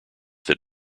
that